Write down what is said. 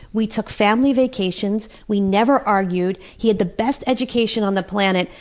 we took family vacations, we never argued he had the best education on the planet,